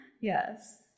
yes